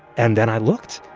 and then i looked